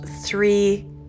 three